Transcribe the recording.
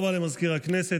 תודה רבה למזכיר הכנסת.